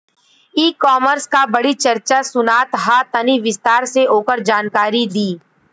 ई कॉमर्स क बड़ी चर्चा सुनात ह तनि विस्तार से ओकर जानकारी दी?